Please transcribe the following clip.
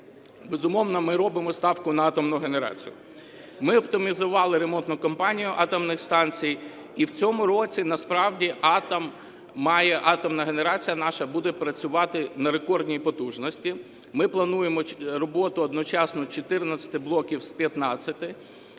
безумовно, ми робимо ставку на атомну генерацію. Ми оптимізували ремонтну кампанію атомних станцій і в цьому році насправді атом має… атомна генерація наша буде працювати на рекордній потужності, ми плануємо роботу одночасно 14 блоків з 15.